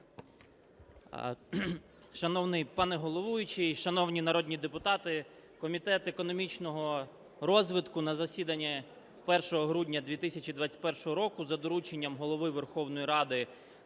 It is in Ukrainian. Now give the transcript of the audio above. Шановний пане головуючий, шановні народні депутати! Комітет економічного розвитку на засідання 1 грудня 2021 року за дорученням Голови Верховної Ради